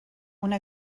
una